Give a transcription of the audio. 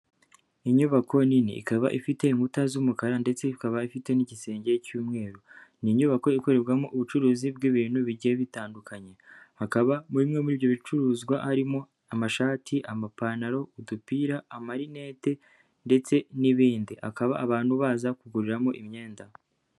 Inyubako nini, ikaba ifite inkuta z'umukara ndetse ikaba ifite n'igisenge cy'umweru, ni inyubako ikorerwamo ubucuruzi bw'ibintu bigiye bitandukanye hakaba muri bimwe muri ibyo bicuruzwa harimo amashati, amapantaro, udupira, amarinete ndetse n'ibindI, akaba abantu baza kuguriramo imyenda.